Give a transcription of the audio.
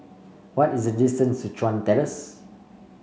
what is the distance to Chuan Terrace